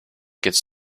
gets